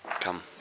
come